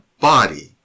body